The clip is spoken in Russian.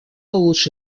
лучше